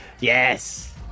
Yes